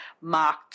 Mark